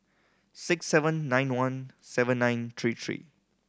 six seven nine one seven nine three three